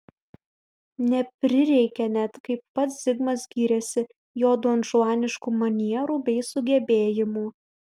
neprireikė net kaip pats zigmas gyrėsi jo donžuaniškų manierų bei sugebėjimų